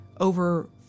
over